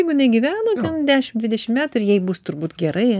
jeigu jinai gyveno ten dešim dvidešim metų ir jai bus turbūt gerai